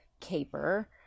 caper